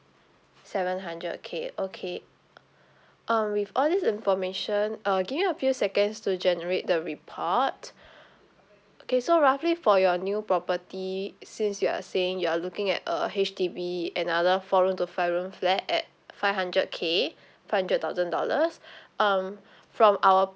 seven hundred K okay um with all these information uh give me a few seconds to generate the report okay so roughly for your new property since you are saying you are looking at a H_D_B another four room to five room flat at five hundred K five hundred thousand dollars um from our